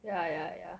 ya ya ya